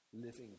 living